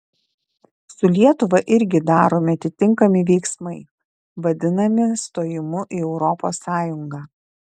su lietuva irgi daromi atitinkami veiksmai vadinami stojimu į europos sąjungą